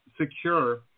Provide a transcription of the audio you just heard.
secure